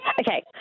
Okay